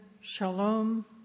shalom